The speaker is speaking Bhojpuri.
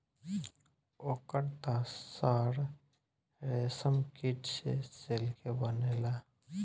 ओकर त सर रेशमकीट से सिल्के बनेला